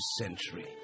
century